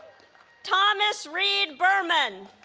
thomas reid berman